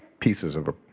pieces of a